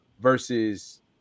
versus